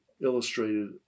illustrated